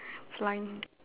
flying